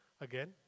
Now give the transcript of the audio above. Again